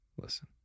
listen